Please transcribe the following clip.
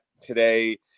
today